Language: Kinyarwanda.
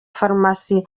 farumasi